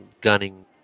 gunning